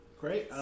Great